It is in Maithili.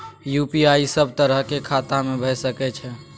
यु.पी.आई सब तरह के खाता में भय सके छै?